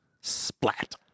splat